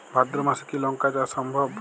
ভাদ্র মাসে কি লঙ্কা চাষ সম্ভব?